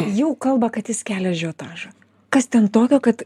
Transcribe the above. jau kalba kad jis kelia ažiotažą kas ten tokio kad